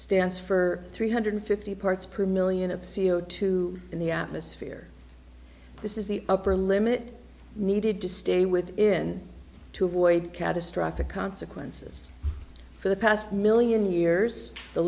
stands for three hundred fifty parts per million of c o two in the atmosphere this is the upper limit needed to stay within to avoid catastrophic consequences for the past million years the